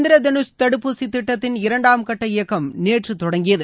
இந்திரதனுஷ் தடுப்பூசி திட்டத்தின் இரண்டாம் கட்ட இயக்கம் நேற்று தொடங்கியது